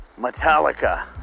Metallica